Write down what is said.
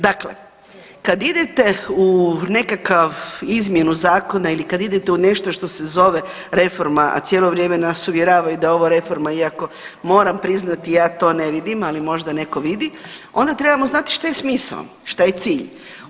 Dakle, kad idete u nekakav izmjenu zakona ili kad idete u nešto što se zove reforma, a cijelo vrijeme nas uvjeravaju da ovo reforma je iako moram priznati ja to ne vidim, ali možda netko vidi, onda trebamo znati šta je smisao, šta je cilj.